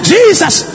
Jesus